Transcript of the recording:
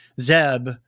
Zeb